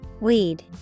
Weed